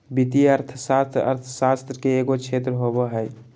वित्तीय अर्थशास्त्र अर्थशास्त्र के एगो क्षेत्र होबो हइ